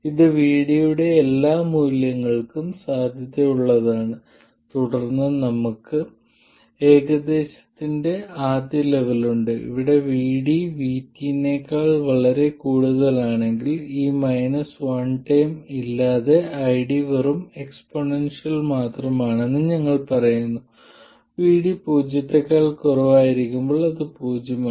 ഇത് VD യുടെ എല്ലാ മൂല്യങ്ങൾക്കും സാധുതയുള്ളതാണ് തുടർന്ന് നമുക്ക് ഏകദേശത്തിന്റെ ആദ്യ ലെവൽ ഉണ്ട് അവിടെ VD Vt നേക്കാൾ വളരെ കൂടുതലാണെങ്കിൽ ഈ മൈനസ് വൺ ടേം ഇല്ലാതെ ID വെറും എക്സ്പോണൻഷ്യൽ മാത്രമാണെന്ന് ഞങ്ങൾ പറയുന്നു VD പൂജ്യത്തേക്കാൾ കുറവായിരിക്കുമ്പോൾ അത് പൂജ്യമാണ്